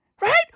Right